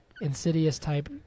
insidious-type